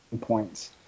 points